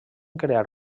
crear